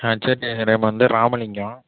HOD name வந்து ராமலிங்கம்